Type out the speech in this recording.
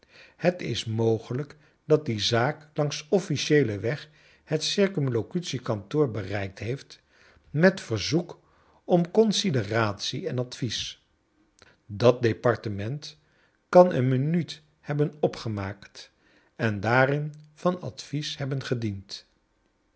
het is mogelijk dat die zaak langs officieelen weg het c k bereikt heeft met verzoek om consideratie en aclvies dat departement kan een minuut hebben opgemaakt en daarin van advies hebben gediend